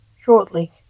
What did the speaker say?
Shortly